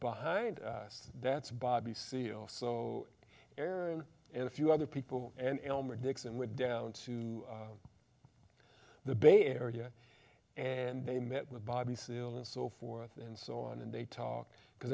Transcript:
behind us that's bobby seale so aaron and a few other people and elmer dixon went down to the bay area and they met with bobby seale and so forth and so on and they talk because